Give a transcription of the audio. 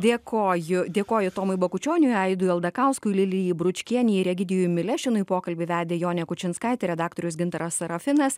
dėkoju dėkoju tomui bakučioniui aidui aldakauskui lilijai bručkienei ir egidijui milešinui pokalbį vedė jonė kučinskaitė redaktorius gintaras sarafinas